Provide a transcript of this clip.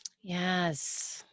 Yes